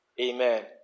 amen